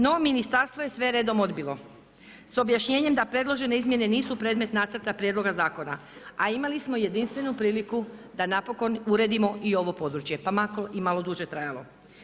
No, ministarstvo je sve redom odbilo s objašnjenjem da predložene izmjene nisu predmet Nacrta prijedloga zakona, a imali smo jedinstvenu priliku da napokon uredimo i ovo područje, pa makar i malo duže trajalo.